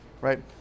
right